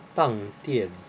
当店